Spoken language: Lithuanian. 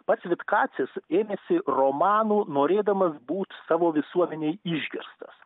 pats vitkacis ėmėsi romanų norėdamas būt savo visuomenėj iškirstas